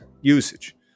usage